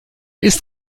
isst